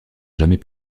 jamais